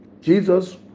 Jesus